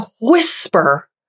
whisper